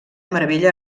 meravella